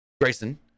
Grayson